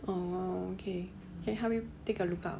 oh okay can help you take a look out